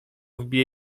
wbiję